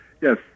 Yes